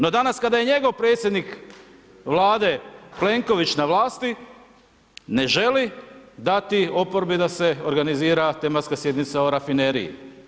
No danas kada je njegov predsjednik Vlade Plenković na vlasti ne želi dati oporbi da se organizira tematska sjednica o Rafineriji.